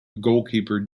goalkeeper